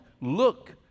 look